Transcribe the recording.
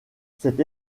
cette